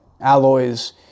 Alloys